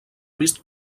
vist